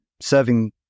serving